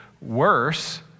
Worse